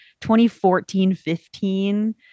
2014-15